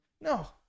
No